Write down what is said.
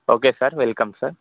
okay sir welcome sir